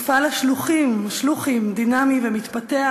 מפעל השלוחים דינמי ומתפתח.